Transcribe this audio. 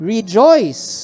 Rejoice